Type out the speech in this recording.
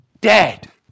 dead